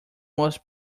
most